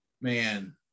man